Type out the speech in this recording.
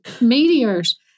meteors